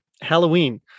halloween